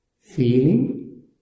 feeling